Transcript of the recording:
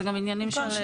אלו גם עניינים של מקום.